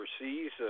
overseas